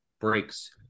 breaks